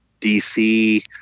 DC